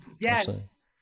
Yes